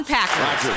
Packers